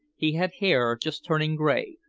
he had hair just turning gray,